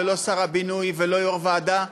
לא שר הבינוי ולא יו"ר ועדה,